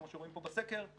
כמו שאומרים פה בסקר,